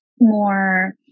more